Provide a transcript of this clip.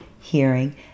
hearing